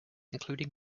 including